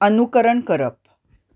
अनुकरण करप